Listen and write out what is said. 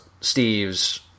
Steve's